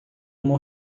uma